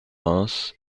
reims